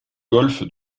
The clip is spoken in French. golfe